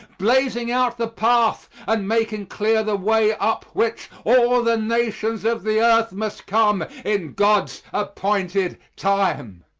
blazing out the path and making clear the way up which all the nations of the earth must come in god's appointed time!